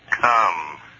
Come